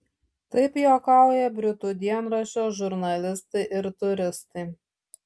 taip juokauja britų dienraščio žurnalistai ir turistai